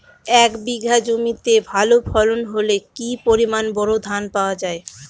এক বিঘা জমিতে ভালো ফলন হলে কি পরিমাণ বোরো ধান পাওয়া যায়?